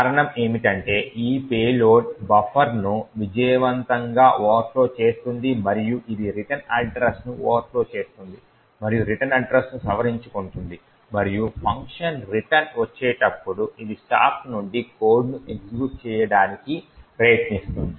కారణం ఏమిటంటే ఈ పేలోడ్ బఫర్ను విజయవంతంగా ఓవర్ ఫ్లో చేస్తుంది మరియు ఇది రిటర్న్ అడ్రస్ను ఓవర్ఫ్లో చేస్తుంది మరియు రిటర్న్ అడ్రస్ను సవరించుకుంటుంది మరియు ఫంక్షన్ రిటన్ వచ్చేటప్పుడు ఇది స్టాక్ నుండి కోడ్ను ఎగ్జిక్యూట్ చేయడానికి ప్రయత్నిస్తుంది